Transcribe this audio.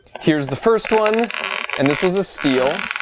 here's the first one and this was a steal.